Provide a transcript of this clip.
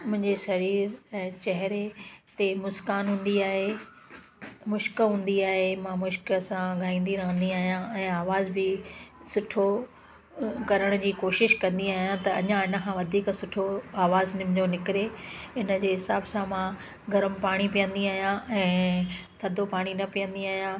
मुंहिंजो शरीर ऐं चहिरे ते मुस्कान हूंदी आहे मुश्क हूंदी आहे मां मुश्क सां ॻाईंदी रहंदी आहियां ऐं आवाज़ बि सुठो करण जी कोशिश कंदी आहियां त अञा इनखां वधीक सुठो आवाज़ु मुंहिंजो निकरे इन जे हिसाब सां मां गरम पाणी पीअंदी आहियां ऐं थधो पाणी न पीअंदी आहियां